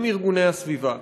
עם ארגוני הסביבה,